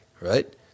right